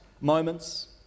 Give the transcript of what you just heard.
moments